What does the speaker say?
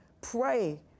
pray